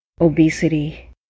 obesity